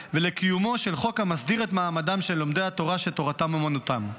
ולקיומו של חוק המסדיר את מעמדם של לומדי התורה שתורתם אומנותם.